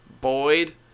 Boyd